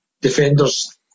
defenders